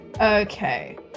Okay